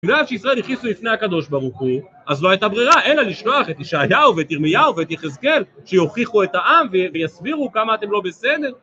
בגלל שישראל הכניסו לפני הקדוש ברוך הוא אז לא הייתה ברירה אלא לשלוח את ישעיהו ואת ירמיהו ואת יחזקאל שיוכיחו את העם ויסבירו כמה אתם לא בסדר